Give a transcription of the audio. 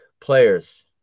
players